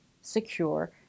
secure